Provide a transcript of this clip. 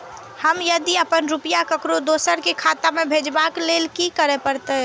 हम यदि अपन रुपया ककरो दोसर के खाता में भेजबाक लेल कि करै परत?